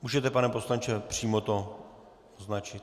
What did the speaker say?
Můžete, pane poslanče, přímo to označit.